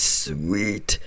sweet